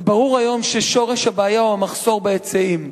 וברור היום ששורש הבעיה הוא המחסור בהיצעים.